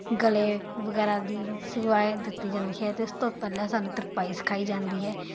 ਗਲੇ ਵਗੈਰਾ ਦੀ ਸਿਖਲਾਈ ਦਿੱਤੀ ਜਾਂਦੀ ਹੈ ਅਤੇ ਉਸ ਤੋਂ ਪਹਿਲਾਂ ਸਾਨੂੰ ਤਰਪਾਈ ਸਿਖਾਈ ਜਾਂਦੀ ਹੈ